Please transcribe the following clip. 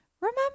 remember